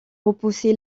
repoussé